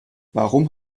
warum